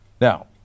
now